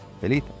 Feliz